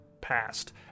passed